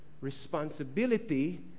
Responsibility